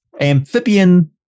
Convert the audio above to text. amphibian